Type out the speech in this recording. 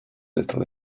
little